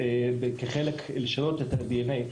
לשנות את הדי.אן.איי,